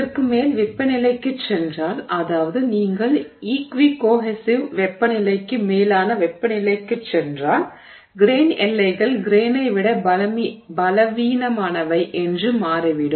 இதற்கு மேல் வெப்பநிலைக்குச் சென்றால் அதாவது நீங்கள் ஈக்வி கோஹெஸிவ் வெப்பநிலைக்கு மேலான வெப்பநிலைக்குச் சென்றால் கிரெய்ன் எல்லைகள் கிரெய்னை விட பலவீனமானவை என்று மாறிவிடும்